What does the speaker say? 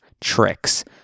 tricks